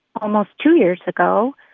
almost two years ago.